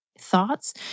thoughts